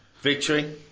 Victory